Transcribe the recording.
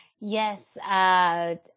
Yes